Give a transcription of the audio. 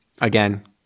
again